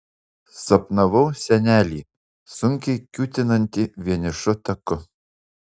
sapnavau senelį sunkiai kiūtinantį vienišu taku